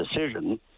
decision